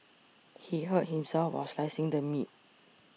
he hurt himself while slicing the meat